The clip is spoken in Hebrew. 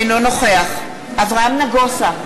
אינו נוכח אברהם נגוסה,